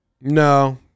No